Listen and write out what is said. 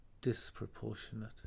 disproportionate